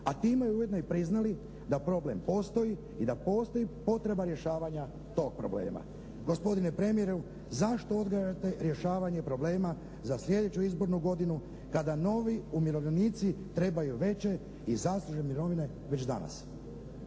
A time ujedno i priznali da problem postoji i da postoji potreba rješavanja tog problema. Gospodine premijeru zašto odgađate rješavanje problema za sljedeću izbornu godinu kada novi umirovljenici trebaju veće i zaslužene mirovine već danas?